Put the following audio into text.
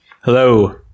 Hello